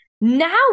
now